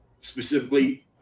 specifically